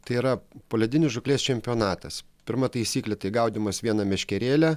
tai yra poledinės žūklės čempionatas pirma taisyklė tai gaudymas viena meškerėle